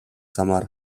замаар